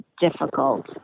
difficult –